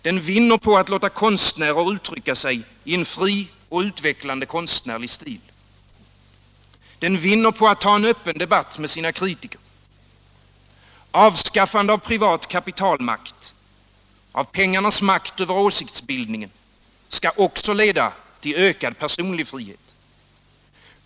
Den vinner på att låta konstnärer uttrycka sig i en fri och utvecklande konstnärlig stil. Den vinner på att ta en öppen debatt med sina kritiker. Avskaffande av privat kapitalmakt, av pengarnas makt över åsiktsbildningen, skall också leda till ökad personlig frihet.